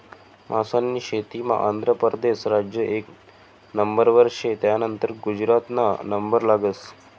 मासास्नी शेतीमा आंध्र परदेस राज्य एक नंबरवर शे, त्यानंतर गुजरातना नंबर लागस